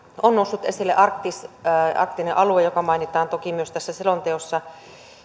on noussut esille arktinen alue joka mainitaan toki myös tässä selonteossa